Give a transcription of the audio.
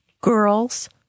girls